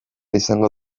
izango